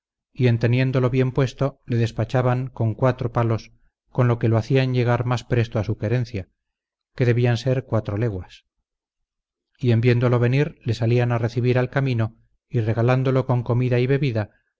y en teniéndolo bien puesto le despachaban con cuatro palos con que lo hacían llegar más presto a su querencia que debían ser cuatro leguas y en viéndolo venir le salían a recibir al camino y regalándolo con comida y bebida